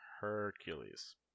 hercules